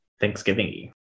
Thanksgiving